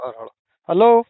Hello